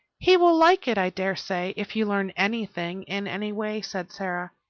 he will like it, i dare say, if you learn anything in any way, said sara.